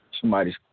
Somebody's